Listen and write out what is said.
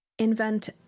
invent